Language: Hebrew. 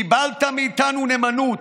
קיבלת מאיתנו נאמנות,